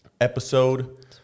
episode